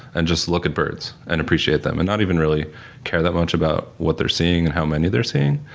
and just look at birds and appreciate them and not even really care that much about what they're seeing and how many they're seeing.